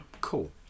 Cool